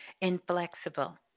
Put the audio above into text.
inflexible